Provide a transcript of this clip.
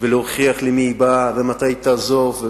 ולהוכיח למי היא באה ומתי היא תעזוב.